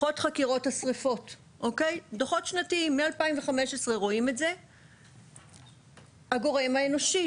דוחות חקירת השריפות בדוחות שנתיים מ-2015 מדברים על הגורם האנושי.